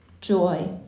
joy